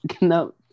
No